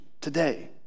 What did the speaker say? today